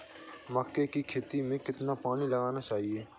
मक्के की खेती में कितना पानी लगाना चाहिए?